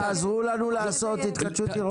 היא אמרה, תעזרו לנו לעשות התחדשות עירונית.